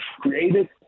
created